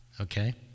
okay